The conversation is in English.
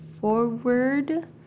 forward